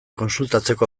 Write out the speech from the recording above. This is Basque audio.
kontsultatzeko